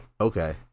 Okay